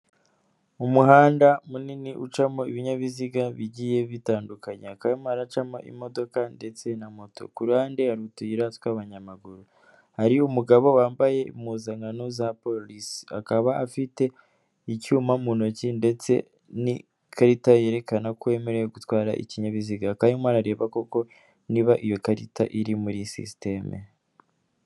Umuhanda munini ucamo ibinyabiziga bigiye bitandukanya, hakaba harimo gucamo imodoka ndetse na moto ,kuruhande hari utuyira tw'abanyamaguru hari umugabo wambaye impuzankano za polisi, akaba afite icyuma mu ntoki ndetse n'ikarita yerekana ko yemerewe gutwara ikinyabiziga, akaba arimo arareba koko niba iyo karita iri muri sisiteme.